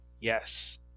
Yes